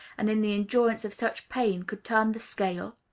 and in the endurance of such pain, could turn the scale?